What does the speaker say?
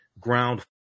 ground